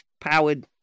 Powered